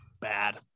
bad